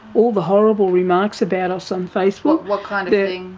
all the horrible remarks about us on facebook. what kind of